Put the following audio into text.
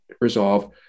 resolve